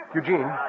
Eugene